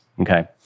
Okay